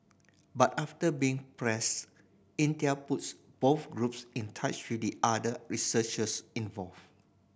but after being pressed Intel puts both groups in touch with the other researchers involved